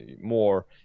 more